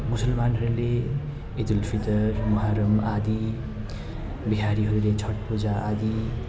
मुसलमानहरूले ईद उल फितर मोहरम आदि बिहारीहरूले छठ पूजा आदि